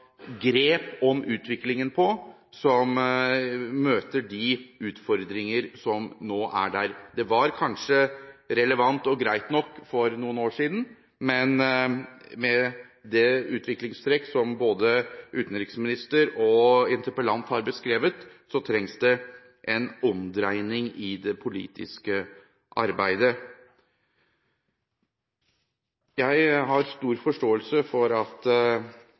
grep om utviklingen på, som møter de utfordringer som nå er der. Det var kanskje relevant og greit nok for noen år siden, men med de utviklingstrekkene som både utenriksministeren og interpellanten har beskrevet, trengs det en omdreining i det politiske arbeidet. Jeg har stor forståelse for at